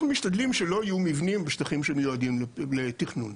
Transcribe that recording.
אנחנו משתדלים שלא יהיו מבנים בשטחים שמיועדים לתכנון.